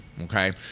Okay